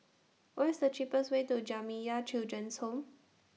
What IS The cheapest Way to Jamiyah Children's Home